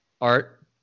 Art